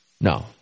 No